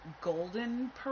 golden